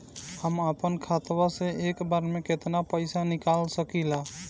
हम आपन खतवा से एक बेर मे केतना पईसा निकाल सकिला?